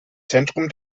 zentrum